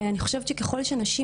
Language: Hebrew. ואני חושבת שככל שנשים